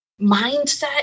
Mindset